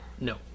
no